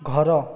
ଘର